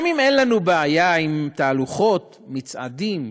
גם אם אין לנו בעיה עם תהלוכות, מצעדים ופסטיבלים,